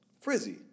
frizzy